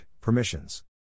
permissions